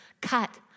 cut